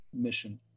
mission